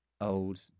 old